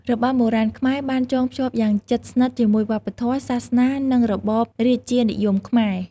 របាំបុរាណខ្មែរបានចងភ្ជាប់យ៉ាងជិតស្និទ្ធជាមួយវប្បធម៌ សាសនា និងរបបរាជានិយមខ្មែរ។